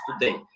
today